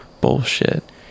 bullshit